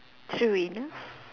true enough